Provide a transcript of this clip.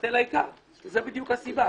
-- זו הסיבה.